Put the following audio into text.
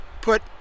put